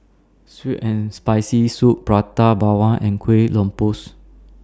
Sour and Spicy Soup Prata Bawang and Kueh Lopes